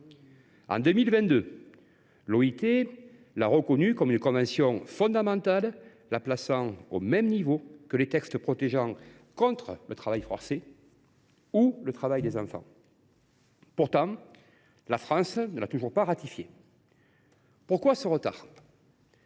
En 2022, l’OIT l’a reconnue comme une convention fondamentale, la plaçant au même niveau que les textes protecteurs qu’elle a adoptés contre le travail forcé ou le travail des enfants. Pourtant, la France ne l’a toujours pas ratifiée. Pourquoi ce retard ?